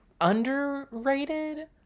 Underrated